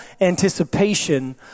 anticipation